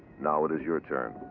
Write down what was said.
now it is your turn.